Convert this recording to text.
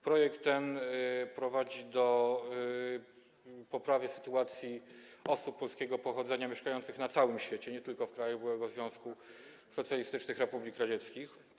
Projekt ten prowadzi do poprawy sytuacji osób polskiego pochodzenia mieszkających na całym świecie, nie tylko w krajach byłego Związku Socjalistycznych Republik Radzieckich.